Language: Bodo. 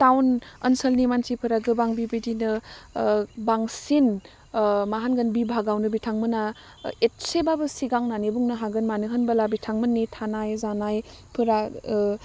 टाउन ओनसोलनि मानसिफोरा गोबां बिबायदिनो बांसिन मा होनगोन बिभागावनो बिथांमोना एथसेबाबो सिगांनानै बुंनो हागोन मानो होनबोला बिथांमोननि थानाय जानायफोरा